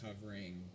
covering